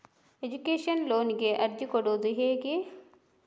Education ಲೋನಿಗೆ ಅರ್ಜಿ ಕೊಡೂದು ಹೇಗೆ?